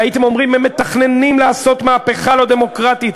והייתם אומרים: הם מתכננים לעשות מהפכה לא דמוקרטית.